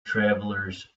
travelers